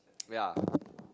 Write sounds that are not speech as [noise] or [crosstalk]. [noise] ya [noise]